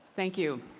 thank you.